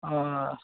অঁ